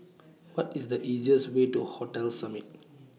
What IS The easiest Way to Hotel Summit